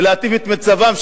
ולהטיב את מצבם,